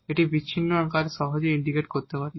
এটি বিচ্ছিন্ন আকারে সহজেই ইন্টিগ্রেট করতে পারি